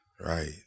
Right